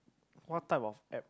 what type of app